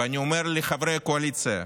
ואני אומר לחברי הקואליציה,